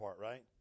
right